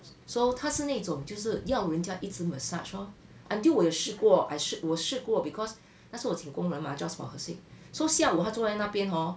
so 她是那种就是要人家一直 massage orh until 我有试过试我试过 because 那时候我请工人 mah just for her sake so 下午她坐在那边 hor